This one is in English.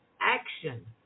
action